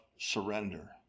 Surrender